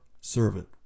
servant